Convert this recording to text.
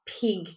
pig